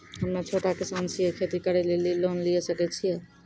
हम्मे छोटा किसान छियै, खेती करे लेली लोन लिये सकय छियै?